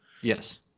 Yes